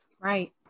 Right